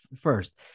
first